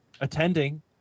attending